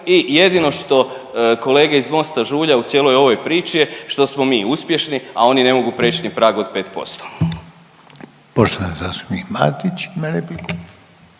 i jedino što kolege iz Mosta žulja u cijeloj ovoj priči je što smo mi uspješni, a oni ne mogu preć ni prag od 5%. **Reiner, Željko